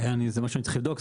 זה משהו שאני צריך לבדוק,